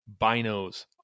Binos